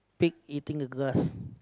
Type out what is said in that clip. pig eating the grass